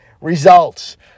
results